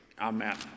Amen